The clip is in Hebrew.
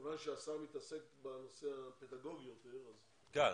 כיוון שהשר מתעסק בנושא הפדגוגי יותר אז --- כן,